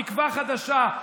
תקווה חדשה.